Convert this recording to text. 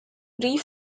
brief